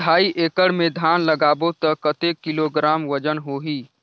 ढाई एकड़ मे धान लगाबो त कतेक किलोग्राम वजन होही?